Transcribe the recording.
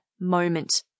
moment